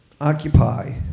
occupy